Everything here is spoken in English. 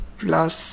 plus